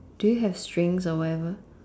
do you have strings or whatever